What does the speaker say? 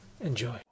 enjoy